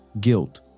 guilt